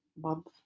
month